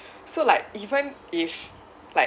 so like even if like